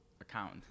account